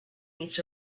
meets